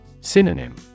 Synonym